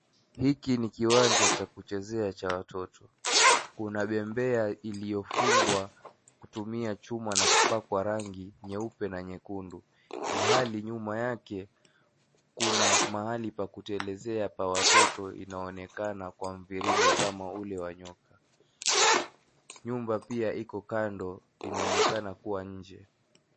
Hiki ni kiwanja cha kuchezea cha watoto, kuna vyembea iliyofungwa kutumia chuma na kupakwa rangi nyeupe na nyekundu ilhali nyuma yake kuna mahali pa kutelezea pa watoto inaonekana Kwa mviringo kama ile. Nyumba pi iko kando inaonekana kuwa nje.